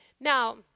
Now